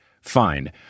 fine